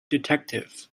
detective